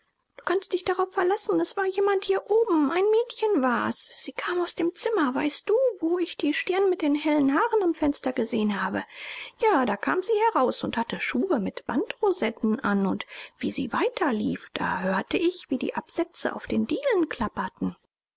du kannst dich darauf verlassen es war jemand hier oben ein mädchen war's sie kam aus dem zimmer weißt du wo ich die stirn mit den hellen haaren am fenster gesehen habe ja da kam sie heraus und hatte schuhe mit bandrosetten an und wie sie weiterlief da hörte ich wie die absätze auf den dielen klapperten